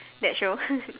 that show